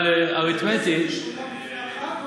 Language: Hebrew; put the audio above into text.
אבל אריתמטית, זה ישולם לפני החג או אחרי?